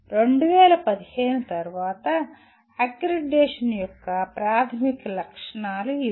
2015 తర్వాత అక్రిడిటేషన్ యొక్క ప్రాథమిక లక్షణాలు ఇవి